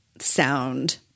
sound